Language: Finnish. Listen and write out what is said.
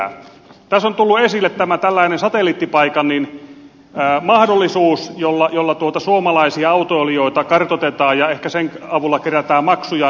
tässä on tullut esille tämä tällainen satelliittipaikantimen mahdollisuus jolla suomalaisia autoilijoita kartoitetaan ja ehkä sen avulla kerätään maksuja